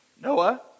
Noah